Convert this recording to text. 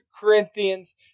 Corinthians